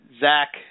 Zach